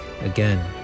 again